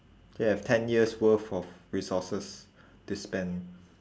you have ten years' worth of resources to spend